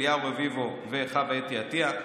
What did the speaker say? אליהו רביבו וחוה אתי עטייה,